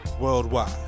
Worldwide